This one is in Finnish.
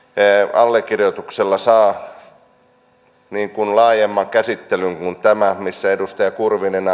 allekirjoituksella saa laajemman käsittelyn kuin tämä minkä edustaja kurvinen